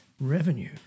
revenue